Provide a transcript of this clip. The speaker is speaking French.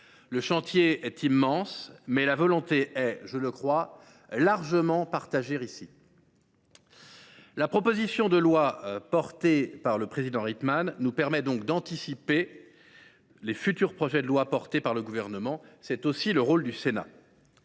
Le chantier est immense, mais la volonté est, je le crois, largement partagée ici. La proposition de loi du président Rietmann nous permet donc d’anticiper les projets législatifs du Gouvernement. C’est aussi le rôle du Sénat.